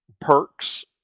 perks